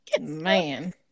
man